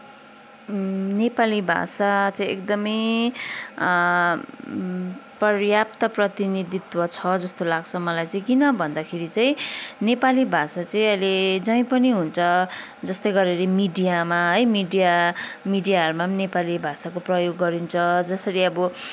नेपाली भाषा चाहिँ एकदमै पर्याप्त प्रतिनिधित्व छ जस्तो लाग्छ मलाई चाहिँ किन भन्दाखेरि चाहिँ नेपाली भाषा चाहिँ अहिले जहीँ पनि हुन्छ जस्तै गरेर मिडियामा है मिडिया मिडियाहरूमा पनि नेपाली भाषाको प्रयोग गरिन्छ जसरी अब